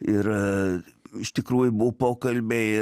ir iš tikrųjų buvo pokalbiai